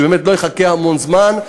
שבאמת לא יחכה המון זמן.